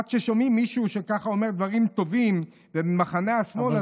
עד ששומעים מישהו שככה אומר דברים טובים ממחנה השמאל,